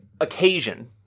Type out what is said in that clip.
occasion